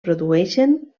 produeixen